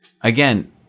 Again